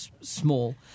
small